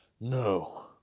No